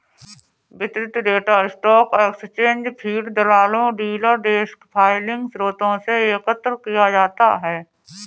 वितरित data stock exchange feed, दलालों, dealer desk filing स्रोतों से एकत्र किया जाता है